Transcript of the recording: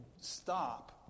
stop